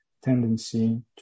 tendency